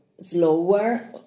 slower